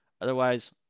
Otherwise